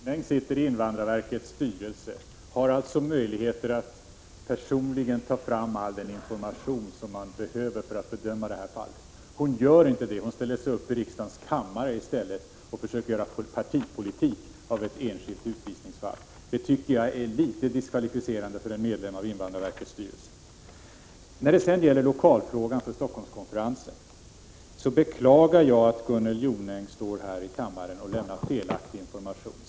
Herr talman! Gunnel Jonäng sitter i invandrarverkets styrelse och har alltså möjligheter att personligen ta fram all den information som behövs för att bedöma det här fallet. Men hon gör inte det utan ställer sig upp i kammaren och försöker bedriva partipolitik med utgångspunkt från ett enskilt utvisningsfall. Det tycker jag är litet diskvalificerande för en ledamot av invandrarverkets styrelse. När det gäller lokalfrågan för Stockholmskonferensen beklagar jag att Gunnel Jonäng står här i kammaren och lämnar felaktig information.